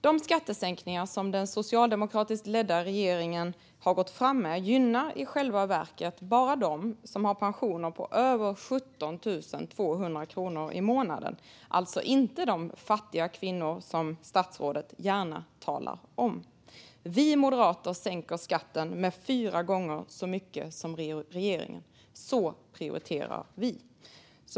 De skattesänkningar som den socialdemokratiskt ledda regeringen har gått fram med gynnar i själva verket bara dem som har pensioner på över 17 200 kronor i månaden, alltså inte de fattiga kvinnor som statsrådet gärna talar om. Vi moderater sänker skatten med fyra gånger så mycket som regeringen. Så prioriterar vi.